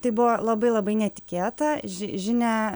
tai buvo labai labai netikėta ži žinią